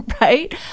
right